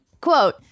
Quote